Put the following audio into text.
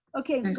okay,